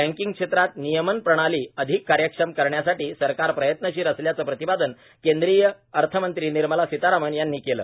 बँकिग क्षेत्रात नियमन प्रणाली अधिक कार्यक्षम करण्यासाठी सरकार प्रयत्नशील असल्याचं प्रतिपादन केंद्रीय अर्थमंत्री निर्माला सीतारामन यांनी केलं